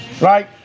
right